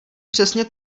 přesně